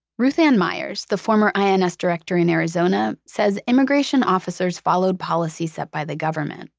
ruth anne myers, the former ins director in arizona says immigration officers followed policy set by the government,